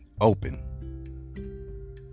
open